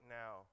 now